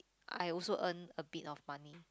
I also earn a bit of money